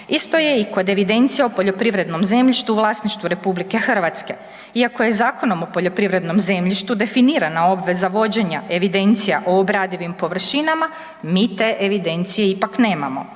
Isto je i kod evidencije o poljoprivrednom zemljištu u vlasništvu RH. Iako je Zakonom o poljoprivrednom zemljištu definirana obveza vođenja evidencija o obradivim površinama, mi te evidencije ipak nemamo.